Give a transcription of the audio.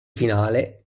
finale